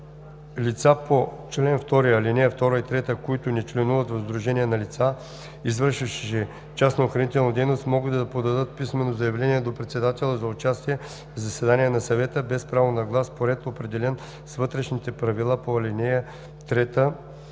Лица по чл. 2, ал. 2 и 3, които не членуват в сдружения на лица, извършващи частна охранителна дейност, могат да подадат писмено заявление до председателя за участие в заседания на съвета без право на глас по ред, определен с вътрешните правила по ал. 3,